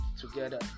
together